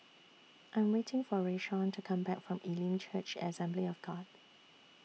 I Am waiting For Rayshawn to Come Back from Elim Church Assembly of God